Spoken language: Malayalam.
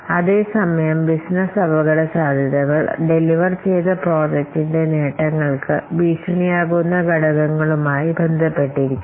അതേസമയം ബിസിനസ് അപകടസാധ്യതകൾ ഡെലിവർ ചെയ്ത പ്രോജക്റ്റിന്റെ നേട്ടങ്ങൾക്ക് ഭീഷണിയാകുന്ന ഘടകങ്ങളുമായി ബന്ധപ്പെട്ടിരിക്കുന്നു